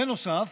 בנוסף,